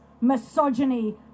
misogyny